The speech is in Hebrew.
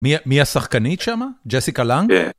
מי השחקנית שם? ג'סיקה לנג?